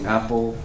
Apple